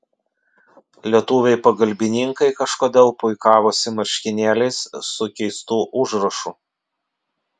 lietuviai pagalbininkai kažkodėl puikavosi marškinėliais su keistu užrašu